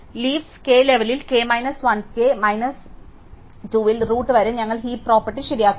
അതിനാൽ leaves k ലെവലിൽ k minus 1 k minus 2 ൽ റൂട്ട് വരെ ഞങ്ങൾ ഹീപ് പ്രോപ്പർട്ടി ശരിയാക്കുന്നു